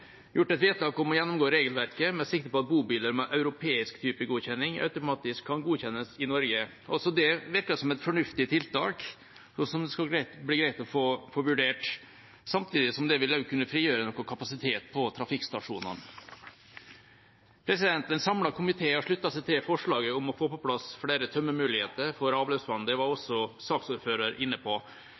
gjort et vedtak om å gjennomgå regelverket med sikte på at bobiler med europeisk typegodkjenning automatisk kan godkjennes i Norge. Også det virker som et fornuftig tiltak som det skal bli greit å få vurdert, samtidig som det også vil kunne frigjøre noe kapasitet på trafikkstasjonene. En samlet komité har sluttet seg til forslaget om å få på plass flere tømmemuligheter for avløpsvann. Det var også saksordføreren inne på.